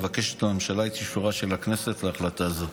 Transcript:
מבקשת הממשלה את אישורה של הכנסת להחלטה זאת.